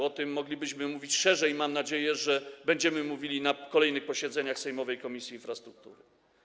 O tym moglibyśmy mówić szerzej i mam nadzieję, że będziemy mówili na kolejnych posiedzeniach sejmowej Komisji Infrastruktury.